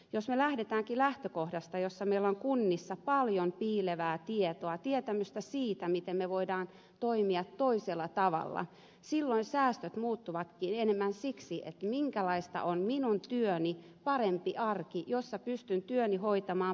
jos me lähdemmekin lähtökohdasta jossa meillä on kunnissa paljon piilevää tietoa tietämystä siitä miten me voimme toimia toisella tavalla niin silloin säästöt muuttuvatkin enemmän siksi minkälaista on minun työni parempi arki jossa pystyn työni hoitamaan paremmin